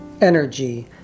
energy